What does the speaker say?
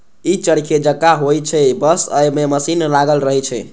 ई चरखे जकां होइ छै, बस अय मे मशीन लागल रहै छै